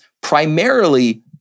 primarily